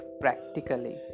practically